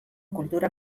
kultura